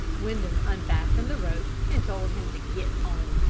windham unfastened the rope, and told him to get home,